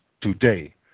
today